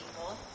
people